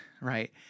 right